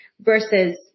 versus